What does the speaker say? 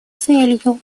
целью